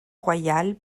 royale